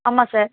ஆமாம் சார்